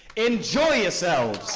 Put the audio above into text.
enjoy yourselves!